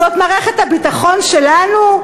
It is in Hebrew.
זאת מערכת הביטחון שלנו?